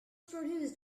produced